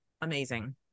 amazing